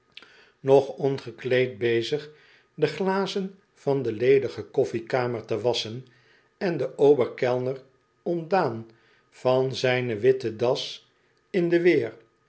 nog ongekleed bezig de glazen van de ledige koffiekamer te wasschen en den ober kellner ontdaan van zijne witte das in de weer